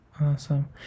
Awesome